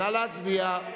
נא להצביע.